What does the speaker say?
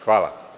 Hvala.